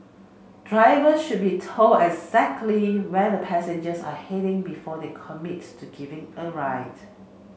driver should be told exactly where their passengers are heading before they commit to giving a ride